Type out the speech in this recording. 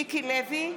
מיקי לוי,